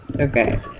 Okay